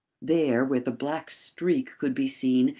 there, where the black streak could be seen,